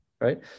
right